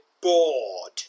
bored